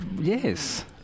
Yes